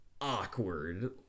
awkward